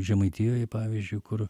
žemaitijoj pavyzdžiui kur